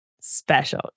special